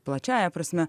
plačiąja prasme